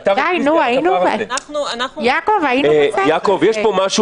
יעקב, אנחנו בשלב